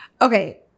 Okay